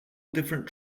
different